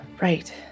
Right